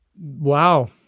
Wow